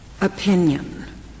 opinion